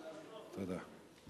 תודה.